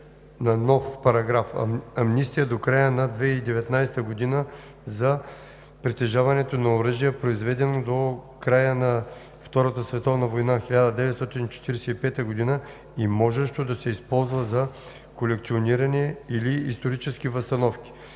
на нов параграф: „§ …Амнистия до края на 2019 г. за притежаването на оръжие, произведено до края на Втората световна война – 1945 г., и можещо да се използва за колекциониране или исторически възстановки.